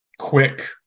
quick